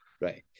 right